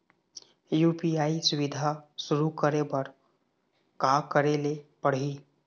UPI सुविधा शुरू करे बर का करे ले पड़ही?